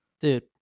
Dude